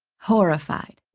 horrified.